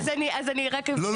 את לא